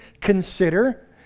consider